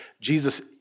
Jesus